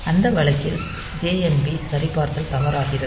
அந்த வழக்கில் JNB சரிபார்த்தல் தவறாகிறது